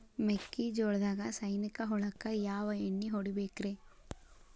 ಮೆಕ್ಕಿಜೋಳದಾಗ ಸೈನಿಕ ಹುಳಕ್ಕ ಯಾವ ಎಣ್ಣಿ ಹೊಡಿಬೇಕ್ರೇ?